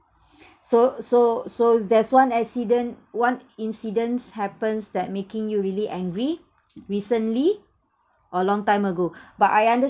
so so so there's one accident one incidents happens that making you really angry recently or long time ago but I understand